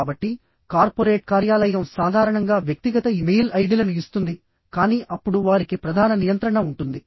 కాబట్టి కార్పొరేట్ కార్యాలయం సాధారణంగా వ్యక్తిగత ఇమెయిల్ ఐడిలను ఇస్తుంది కానీ అప్పుడు వారికి ప్రధాన నియంత్రణ ఉంటుంది